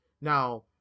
now